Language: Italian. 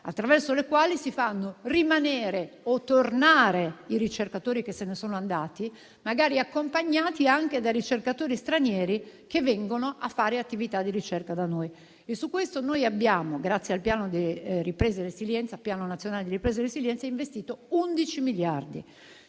attraverso le quali si fanno rimanere o tornare i ricercatori che se ne sono andati, magari accompagnati anche da ricercatori stranieri che vengono a fare attività di ricerca da noi. Su questo, grazie al Piano nazionale di ripresa e resilienza, abbiamo investito 11 miliardi.